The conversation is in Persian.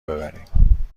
ببریم